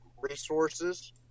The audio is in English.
resources